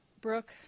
Brooke